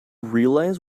realize